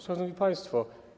Szanowni Państwo!